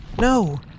No